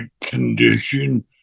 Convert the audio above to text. condition